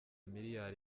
miliyari